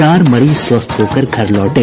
चार मरीज स्वस्थ होकर घर लौटे